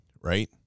right